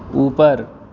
اوپر